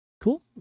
Cool